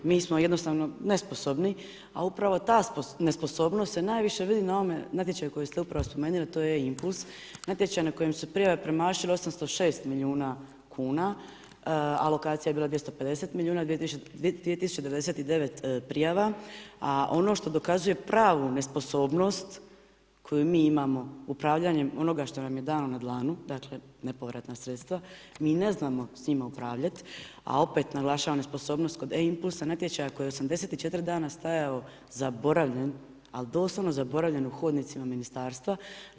Mi smo jednostavno nesposobni, a upravo ta nesposobnost se najviše vidi na ovome natječaju koji ste upravo spomenuli, a to je Impuls, natječaj na kojem su prijave premašile 806 milijuna kuna, alokacija je bila 250 milijuna, 2099 prijava, a ono što dokazuje pravu nesposobnost koji mi imamo upravljanjem onoga što nam je dano na dlanu, dakle, nepovratna sredstva, mi ne znamo s njima upravljati, a opet, naglašavam, nesposobnost kod E-impulsa natječaja koji je 84 dana stajao zaboravljen, ali doslovno zaboravljen u hodnicima Ministarstva.